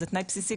זה תנאי בסיסי,